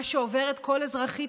מה שעוברת כל אזרחית,